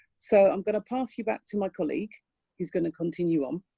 so i'm gonna pass you back to my colleague who's gonna continue on.